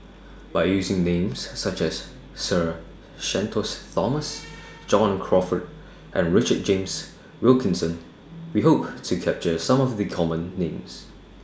By using Names such as Sir Shenton's Thomas John Crawfurd and Richard James Wilkinson We Hope to capture Some of The Common Names